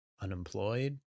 unemployed